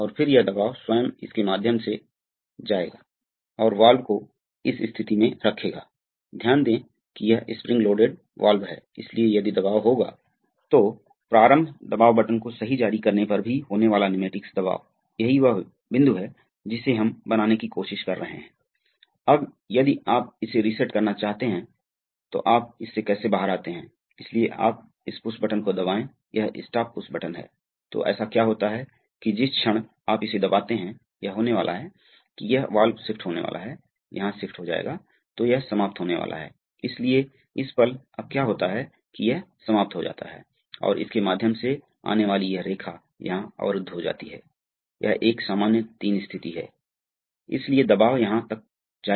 फिर जो होने वाला है वह यह है कि यहाँ दबाव का निर्माण होगा जब भी यह दबाव यहाँ प्रतिरोध का निर्माण करेगा जब यहाँ दबाव का निर्माण होगा और यह विपरीत है तो यह इस तरह से जुड़ा होने वाला है अतः अब आप देखें कि यह तब होगा जब दबाव बनने के बाद यह इस तरह से जुड़ेगा और इसके माध्यम से प्रवाहित होगा अतः अब इस पार एक पूर्ण दबाव होगा और कोई रीजनरेशन नहीं होगा